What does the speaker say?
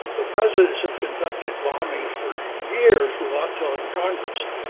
the presidents have conducted bombings for years without telling congress.